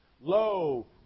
Lo